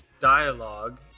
dialogue